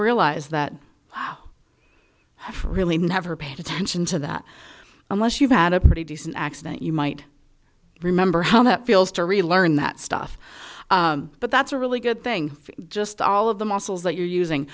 realize that i have really never paid attention to that unless you've had a pretty decent accident you might remember how that feels to really learn that stuff but that's a really good thing just all of the muscles that you're using